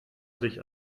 sich